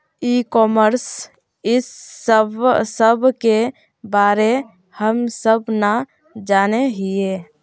ई commerce इस सब के बारे हम सब ना जाने हीये?